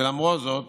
ולמרות זאת